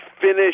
finish